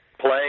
play